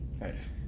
Nice